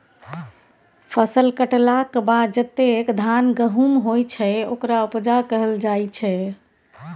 फसल कटलाक बाद जतेक धान गहुम होइ छै ओकरा उपजा कहल जाइ छै